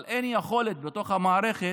אבל אין יכולת בתוך המערכת